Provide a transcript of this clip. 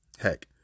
Heck